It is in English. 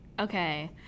Okay